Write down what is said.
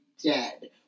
dead